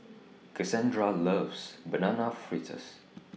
Cassandra loves Banana Fritters